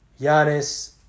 Giannis